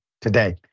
today